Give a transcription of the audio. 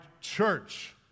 church